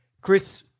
Chris